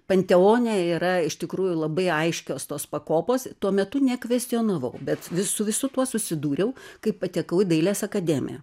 panteone yra iš tikrųjų labai aiškios tos pakopos tuo metu nekvestionavau bet vis su visu tuo susidūriau kai patekau į dailės akademiją